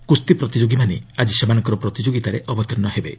କୁସ୍ତୀ ପ୍ରତିଯୋଗୀମାନେ ଆଜି ସେମାନଙ୍କର ପ୍ରତିଯୋଗିତାରେ ଅବତୀର୍ଣ୍ଣ ହେବେ